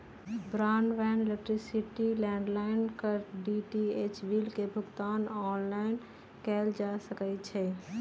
broadband, electricity, landline आऽ DTH bill के भुगतान ऑनलाइन कएल जा सकइ छै